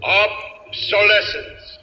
obsolescence